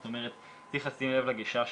זאת אומרת צריך לשים לב לגישה.